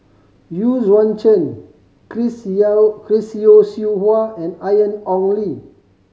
Yu Yuan Zhen Chris Yao Chris Yeo Siew Hua and Ian Ong Li